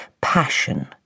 passion